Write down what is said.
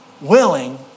willing